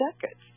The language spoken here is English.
decades